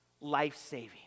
life-saving